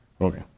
Okay